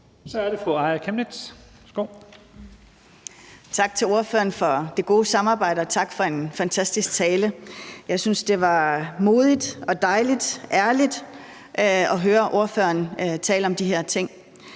Kl. 14:32 Aaja Chemnitz (IA): Tak til ordføreren for det gode samarbejde, og tak for en fantastisk tale. Jeg synes, det var modigt og dejligt og ærligt at høre ordføreren tale om de her ting.